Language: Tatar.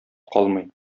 калмый